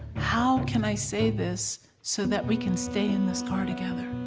how can i say this so that we can stay in this car together,